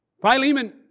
Philemon